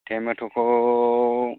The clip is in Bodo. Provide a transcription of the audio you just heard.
टेमेट' खौ